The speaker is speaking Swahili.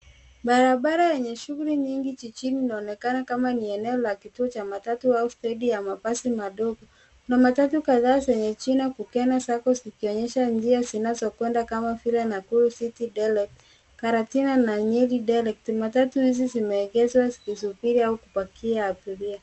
Barabara yenye shughuli nyingi jijini inaonekana kama ni eneo la kituo cha matatu au stendi ya mabasi madogo. Kuna matatu kadhaa zenye jina Kukenna Sacco zikionyesha njia zinazokwenda kama vile Nakuru City Direct , Karatina na Nyeri Direct. Matatu hizi zimeegeshwa zikisubiri au kupakia abiria.